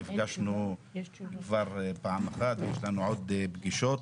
נפגשנו כבר פעם אחת, יהיו לנו עוד פגישות,